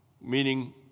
meaning